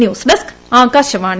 news desk Akashvani